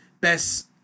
best